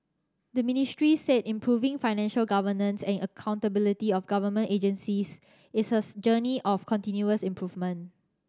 the Ministry said improving financial governance and accountability of government agencies is a journey of continuous improvement